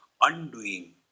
undoing